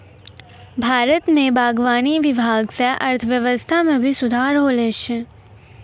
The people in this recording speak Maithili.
भारत मे बागवानी विभाग से अर्थव्यबस्था मे भी सुधार होलो छै